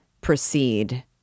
Proceed